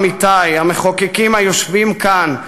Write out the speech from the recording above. עמיתי המחוקקים היושבים כאן,